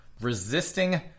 resisting